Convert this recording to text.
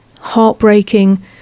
heartbreaking